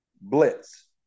blitz